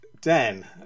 Dan